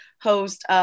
host